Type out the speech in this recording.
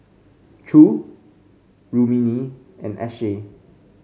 Choor Rukmini and Akshay